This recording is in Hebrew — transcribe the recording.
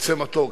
יצא מתוק,